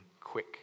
quick